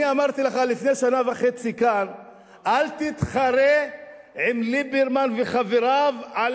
אני אמרתי לך לפני שנה וחצי כאן: אל תתחרה עם ליברמן וחבריו על